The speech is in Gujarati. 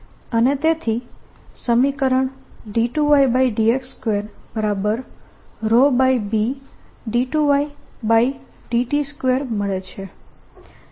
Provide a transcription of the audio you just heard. અને તેથી સમીકરણ B મળે છે